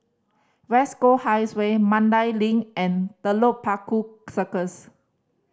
West Coast Highway Mandai Link and Telok Paku Circus